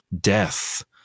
death